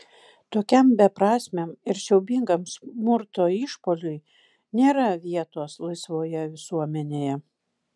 tokiam beprasmiam ir siaubingam smurto išpuoliui nėra vietos laisvoje visuomenėje